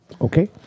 Okay